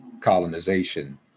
colonization